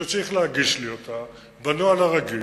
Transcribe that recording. שצריך להגיש לי אותה בנוהל הרגיל.